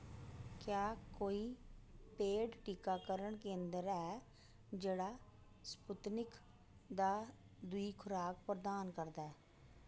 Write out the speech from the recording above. क्या कोई पेड टीकाकरण केंदर ऐ जेह्ड़ा स्पुत्निक दा दूई खराक प्रदान करदा ऐ